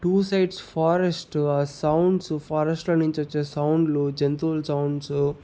two sides forest ఆ sounds ఫారెస్ట్లో నుంచి వచ్చే సౌండ్లు జంతువుల్ సౌండ్సు